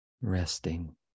resting